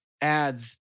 ads